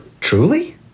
Truly